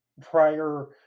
prior